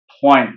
point